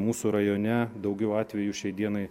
mūsų rajone daugiau atvejų šiai dienai